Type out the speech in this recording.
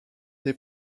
des